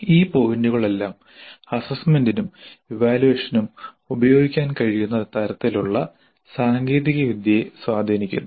ഈ പോയിന്റുകൾ എല്ലാം അസസ്മെന്റിനും ഇവാല്യുവേഷനും ഉപയോഗിക്കാൻ കഴിയുന്ന തരത്തിലുള്ള സാങ്കേതികവിദ്യയെ സ്വാധീനിക്കുന്നു